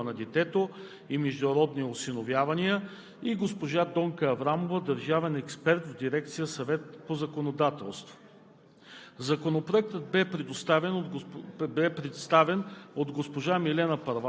На заседанието присъстваха: госпожа Милена Първанова, директор на дирекция „Международна правна закрила на детето и международни осиновявания“, и госпожа Донка Аврамова, държавен експерт в дирекция „Съвет по законодателство“.